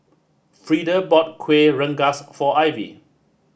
Freeda bought Kueh Rengas for Lvy